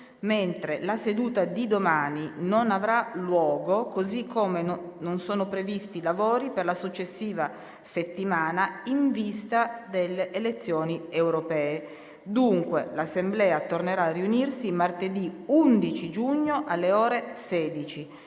mentre la seduta di domani non avrà luogo, così come non sono previsti lavori per la successiva settimana in vista delle elezioni europee. L'Assemblea tornerà a riunirsi martedì 11 giugno, alle ore 16,